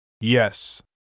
Yes